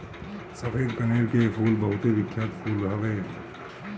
सफ़ेद कनेर के फूल बहुते बिख्यात फूल हवे